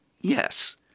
yes